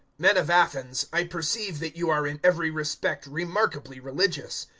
men of athens, i perceive that you are in every respect remarkably religious.